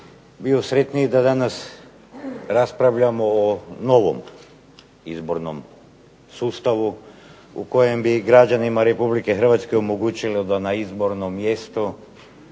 bio sretniji da danas raspravljamo o novom Izbornom sustavu u kojem bi građanima RH omogućili da na izbornom mjestu